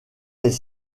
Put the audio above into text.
les